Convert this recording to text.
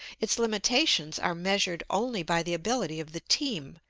its limitations are measured only by the ability of the team,